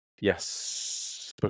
Yes